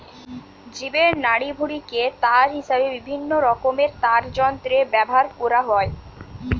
জীবের নাড়িভুঁড়িকে তার হিসাবে বিভিন্নরকমের তারযন্ত্রে ব্যাভার কোরা হয়